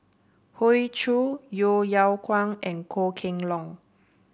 Hoey Choo Yeo Yeow Kwang and Goh Kheng Long